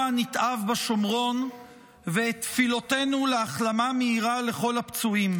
הנתעב בשומרון ואת תפילותינו להחלמה מהירה לכל הפצועים.